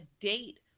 date